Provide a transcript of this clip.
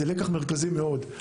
זה לקח מרכזי מאוד.